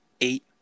eight